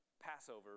Passover